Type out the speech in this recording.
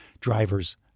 Drivers